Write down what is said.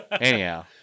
Anyhow